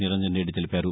నిరంజన్రెద్ది తెలిపారు